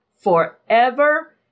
forever